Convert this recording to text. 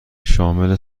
شامل